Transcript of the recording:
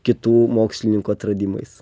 kitų mokslininkų atradimais